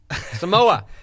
Samoa